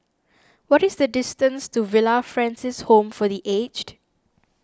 what is the distance to Villa Francis Home for the Aged